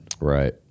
right